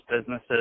businesses